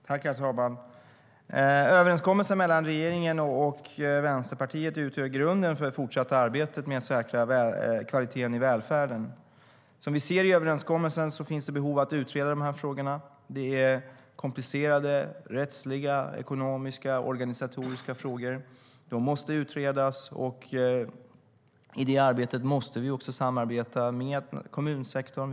Herr talman! Överenskommelsen mellan regeringen och Vänsterpartiet utgör grunden för det fortsatta arbetet med att säkra kvaliteten i välfärden. Som vi ser i överenskommelsen finns det behov av att utreda dessa frågor. Det är komplicerade rättsliga, ekonomiska och organisatoriska frågor. De måste utredas. I det arbetet måste vi också samarbeta med kommunsektorn.